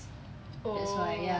that's why ya